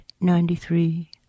ninety-three